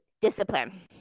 discipline